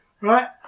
Right